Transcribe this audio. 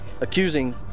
accusing